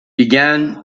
began